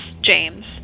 James